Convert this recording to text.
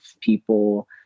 people